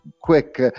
quick